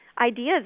ideas